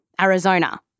Arizona